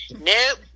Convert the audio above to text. Nope